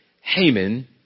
Haman